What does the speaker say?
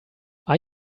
are